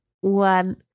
one